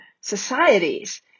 societies